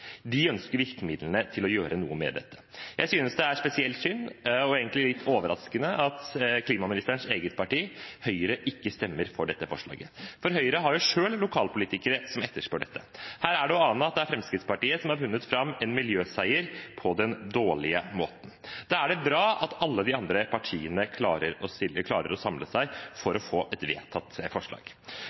De ønsker virkemidlene til å gjøre noe med dette. Jeg synes det er spesielt synd, og egentlig litt overraskende, at klimaministerens eget parti, Høyre, ikke stemmer for dette forslaget. For Høyre har jo selv lokalpolitikere som etterspør dette. Her er det å ane at det er Fremskrittspartiet som har vunnet fram og fått en miljøseier på den dårlige måten. Da er det bra at alle de andre partiene klarer å samle seg for å få et vedtatt forslag.